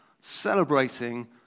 celebrating